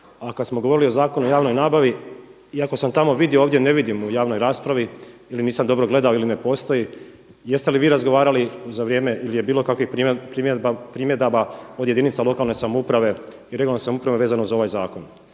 a kada smo govorili o Zakonu o javnoj nabavi iako sam tamo vidio, ovdje ne vidim u javnoj raspravi ili nisam dobro gledao ili ne postoji, jeste li vi razgovarali za vrijeme ili je bilo kakvih primjedaba od jedinica lokalne samouprave i regionalne samouprave vezano za ovaj zakon.